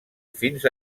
fins